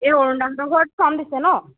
এই অৰুণদাহঁতৰ ঘৰত ফৰ্ম দিছে ন